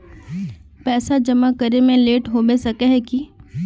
पैसा जमा करे में लेट होबे सके है की?